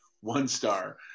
one-star